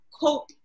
cope